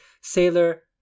Sailor